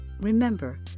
Remember